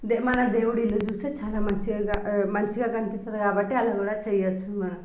మన దేవుడు ఇల్లు చూస్తే చాలా మంచిగా క మంచిగా కనిపిస్తుంది కాబట్టి అలా కూడా చెయ్యవచ్చు మనం